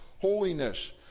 holiness